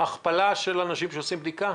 יש פה הכפלה של האנשים שעושים בדיקה.